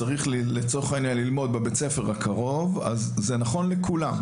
אם צריך ללמוד בבית הספר הקרוב זה נכון לכולם.